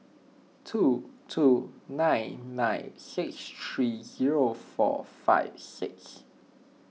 two two nine nine six three zero four five six